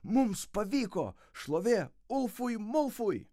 mums pavyko šlovė ulfui mulfui